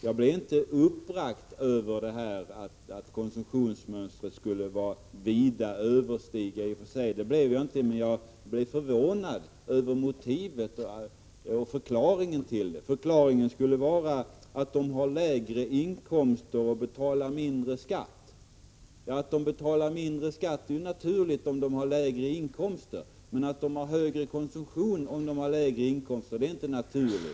Jag blev inte uppbragt över påståendet att företagarnas konsumtionsmönster skulle vida överstiga löntagarnas. Jag blev emellertid förvånad över förklaringen, som skulle vara den att de har lägre inkomster och betalar mindre skatt. Att de betalar mindre skatt är naturligt, om de har lägre inkomster, men att de har högre konsumtion om de har lägre inkomster är inte naturligt.